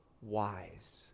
wise